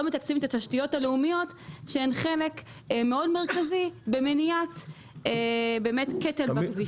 מתקצבים את התשתיות הלאומיות שהן חלק מאוד מרכזי במניעת קטל בכבישים.